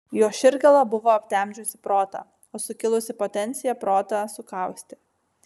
jo širdgėla buvo aptemdžiusi protą o sukilusi potencija protą sukaustė